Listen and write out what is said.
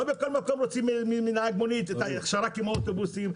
לא בכל מקום מוציאים הכשרה כמו נהג אוטובוס אחרי